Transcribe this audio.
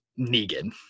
Negan